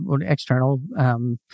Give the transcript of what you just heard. external